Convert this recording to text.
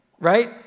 Right